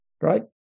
right